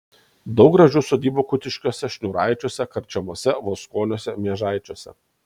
daug gražių sodybų kutiškiuose šniūraičiuose karčemose voskoniuose miežaičiuose